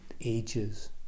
ages